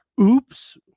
oops